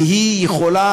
כי היא יכולה,